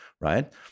right